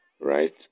right